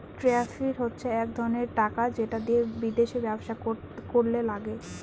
tariff হচ্ছে এক ধরনের টাকা যেটা বিদেশে ব্যবসা করলে লাগে